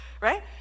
right